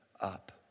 up